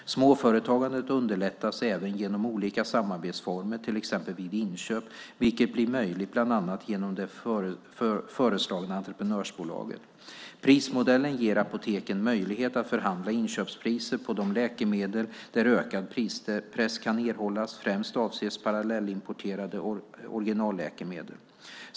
Småföretagandet underlättas även genom olika samarbetsformer, till exempel vid inköp, vilket blir möjligt bland annat inom det föreslagna entreprenörsbolaget. Prismodellen ger apoteken möjlighet att förhandla inköpspriser på de läkemedel där ökad prispress kan erhållas, främst avses parallellimporterade originalläkemedel.